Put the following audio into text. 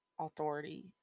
authority